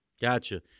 Gotcha